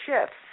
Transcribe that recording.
shifts